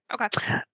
Okay